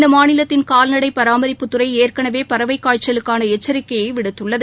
இந்த மாநிலத்தின் கால்நடை பராமிப்புத்துறை ஏற்கனவே பறவைக் காய்ச்சலுக்கான எச்சிக்கையை விடுத்துள்ளது